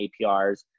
APRs